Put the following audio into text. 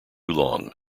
long